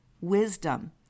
Wisdom